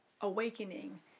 awakening